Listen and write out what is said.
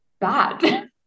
bad